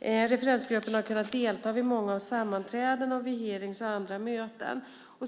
Referensgrupperna har kunnat delta vid många av sammanträdena och vid hearingar och andra möten.